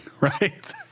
Right